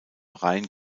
rein